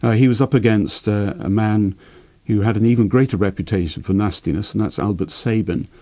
ah he was up against a ah man who had an even greater reputation for nastiness, and that's albert sabin,